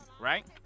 right